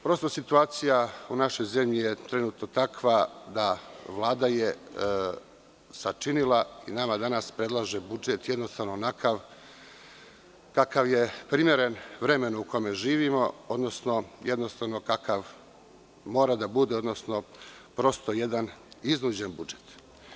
Prosto, situacija u našoj zemlji je trenutno takva da je Vlada sačinila i nama danas predlaže budžet jednostavno onakav kakav je primeren vremenu u kome živimo, odnosno kakav mora da bude, odnosno jedan iznuđen budžet.